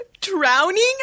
drowning